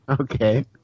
Okay